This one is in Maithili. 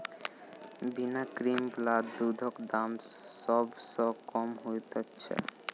बिना क्रीम बला दूधक दाम सभ सॅ कम होइत छै